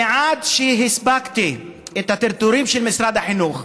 ועד שהספקתי, עם הטרטורים של משרד החינוך,